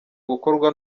gukorwa